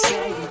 Say